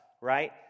right